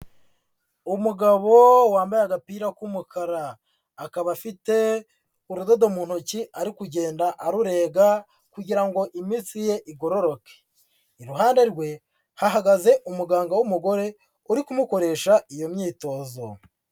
Umugabo wambaye agapira k'umukara, akaba afite urudodo mu ntoki ari kugenda arurega kugira ngo imitsi ye igororoke, iruhande rwe hahagaze umuganga w'umugore uri kumukoresha iyo myitozo.